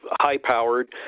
high-powered